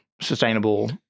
sustainable